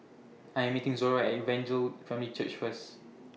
I'm meeting Zora At Evangel Family Church First